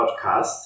podcast